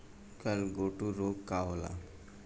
गलघोटू रोग का होला?